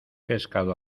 pescado